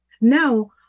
Now